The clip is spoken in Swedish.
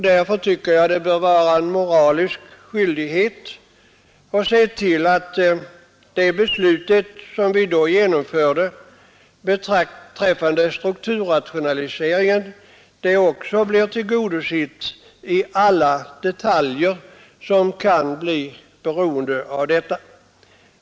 Därför tycker jag det bör vara en moralisk skyldighet att se till att det beslut som då fattades om strukturrationaliseringen följs upp, så att alla detaljer som berörs av beslutet blir tillgodosedda.